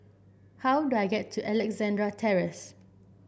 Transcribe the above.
how do I get to Alexandra Terrace